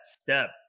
step